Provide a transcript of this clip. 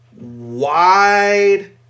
wide